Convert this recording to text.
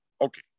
Okay